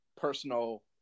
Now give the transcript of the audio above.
personal